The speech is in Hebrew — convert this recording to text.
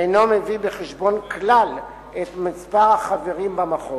ואינו מביא בחשבון כלל את מספר החברים במחוז.